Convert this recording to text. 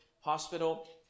hospital